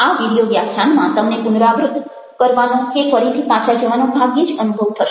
આ વિડીયો વ્યાખ્યાનમાં તમને પુનરાવૃત્ત કરવાનો કે ફરીથી પાછા જવાનો ભાગ્યે જ અનુભવ થશે